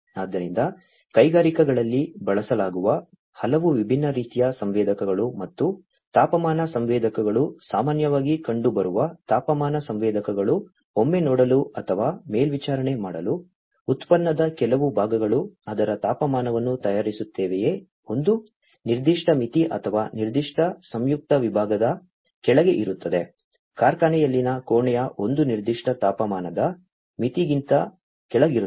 ಆದ್ದರಿಂದ ಕೈಗಾರಿಕೆಗಳಲ್ಲಿ ಬಳಸಲಾಗುವ ಹಲವು ಹಲವು ವಿಭಿನ್ನ ರೀತಿಯ ಸಂವೇದಕಗಳು ಮತ್ತು ತಾಪಮಾನ ಸಂವೇದಕಗಳು ಸಾಮಾನ್ಯವಾಗಿ ಕಂಡುಬರುವ ತಾಪಮಾನ ಸಂವೇದಕಗಳು ಒಮ್ಮೆ ನೋಡಲು ಅಥವಾ ಮೇಲ್ವಿಚಾರಣೆ ಮಾಡಲು ಉತ್ಪನ್ನದ ಕೆಲವು ಭಾಗಗಳು ಅದರ ತಾಪಮಾನವನ್ನು ತಯಾರಿಸುತ್ತವೆಯೇ ಒಂದು ನಿರ್ದಿಷ್ಟ ಮಿತಿ ಅಥವಾ ನಿರ್ದಿಷ್ಟ ಸಂಯುಕ್ತ ವಿಭಾಗದ ಕೆಳಗೆ ಇರುತ್ತದೆ ಕಾರ್ಖಾನೆಯಲ್ಲಿನ ಕೋಣೆಯು ಒಂದು ನಿರ್ದಿಷ್ಟ ತಾಪಮಾನದ ಮಿತಿಗಿಂತ ಕೆಳಗಿರುತ್ತದೆ